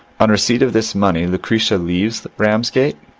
on receipt of this money locretia leaves ramsgate?